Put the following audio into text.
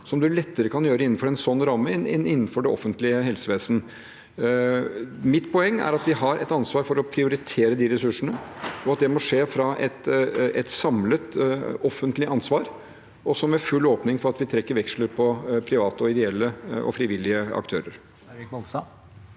som man lettere kan gjøre innenfor en sånn ramme enn innenfor det offentlige helsevesen. Mitt poeng er at vi har et ansvar for å prioritere de ressursene, og at det må skje ut fra et samlet offentlig ansvar og med full åpning for at vi trekker veksler på private, ideelle og frivillige aktører.